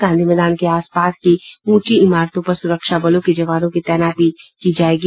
गांधी मैदान के आस पास की ऊंची इमारतों पर सुरक्षाबलों के जवानों की तैनाती की जायेगी